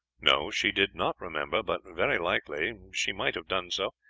no she did not remember, but very likely she might have done so,